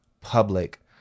public